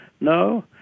No